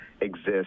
exist